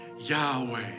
Yahweh